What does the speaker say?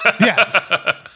Yes